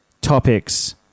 topics